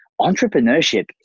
entrepreneurship